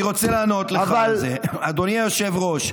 אדוני היושב-ראש,